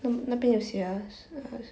uh 那那边有写啊 s~